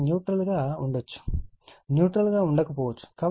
ఇది న్యూట్రల్ గా ఉండవచ్చు న్యూట్రల్ గా ఉండకపోవచ్చు